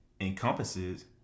encompasses